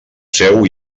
seu